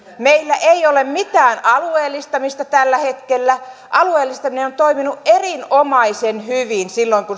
meillä ei ole mitään alueellistamista tällä hetkellä alueellistaminen on toiminut erinomaisen hyvin silloin kun